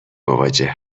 مواجه